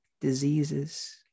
diseases